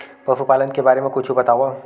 पशुपालन के बारे मा कुछु बतावव?